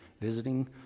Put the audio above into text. visiting